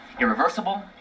irreversible